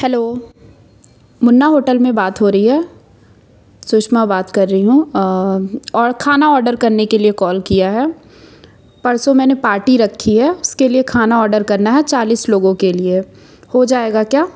hello Munna hotel में बात हाे रही है सुषमा बात कर रही हूँ और खाना ऑडर करने के लिए कॉल किया है परसों मैंने पार्टी रखी है उसके लिए खाना ऑडर करना है चालीस लोगों के लिए है हो जाएगा क्या